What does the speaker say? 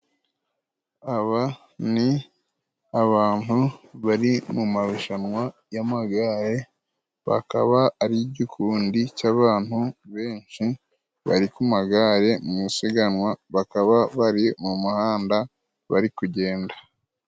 Aba ni abantu bari mu marushanwa y'amagare bakaba ari igikundi cy'abantu benshi bari ku magare mu isiganwa bakaba bari mu muhanda bari kugenda.